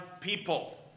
people